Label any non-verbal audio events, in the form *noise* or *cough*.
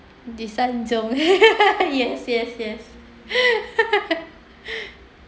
disanjung *laughs* yes yes yes *laughs*